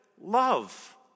love